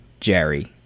Jerry